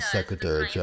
Secretary